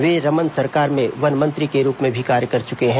वे रमन सरकार में वन मंत्री के रूप में भी कार्य कर चुके हैं